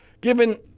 given